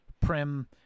prim